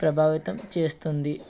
ప్రభావితం చేస్తుంది